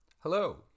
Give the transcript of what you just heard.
Hello